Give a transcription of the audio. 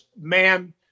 man